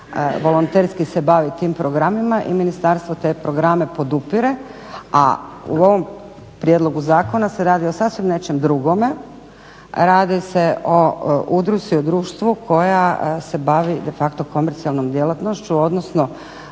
volonterski se bavi tim programima i ministarstvo te programe podupire. A u ovom prijedlogu zakona se radi o sasvim nečem drugome, radi se o udruzi, o društvu koje se bavi de facto komercijalnom djelatnošću, odnosno